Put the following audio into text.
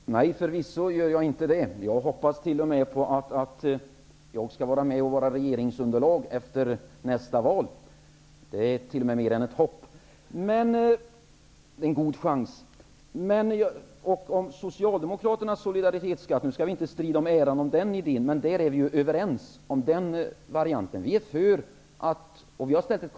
Herr talman! Nej, förvisso ger jag inte upp hoppet. Jag hoppas t.o.m. på att jag skall vara med och utgöra regeringsunderlag efter nästa val. Det är mer än ett hopp, det är en god chans. Nu skall vi inte strida om äran för idén, men Socialdemokraternas solidaritetsskatt är vi ju överens om.